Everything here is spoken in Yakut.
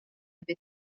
эбит